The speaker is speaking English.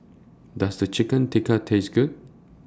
Does Chicken Tikka Taste Good